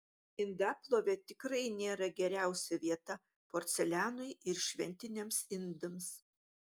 indaplovė tikrai nėra geriausia vieta porcelianui ir šventiniams indams